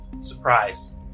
Surprise